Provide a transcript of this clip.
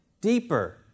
deeper